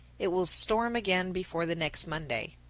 it will storm again before the next monday.